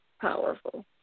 powerful